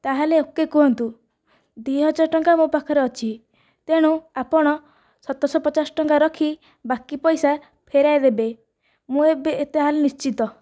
ତାହେଲେ ଓକେ କୁହନ୍ତୁ ଦୁଇ ହଜାର ଟଙ୍କା ମୋ ପାଖରେ ଅଛି ତେଣୁ ଆପଣ ସତରଶହ ପଚାଶ ଟଙ୍କା ରଖି ବାକି ପଇସା ଫେରାଇଦେବେ ମୁଁ ଏବେ ତାହେଲେ ନିଶ୍ଚିତ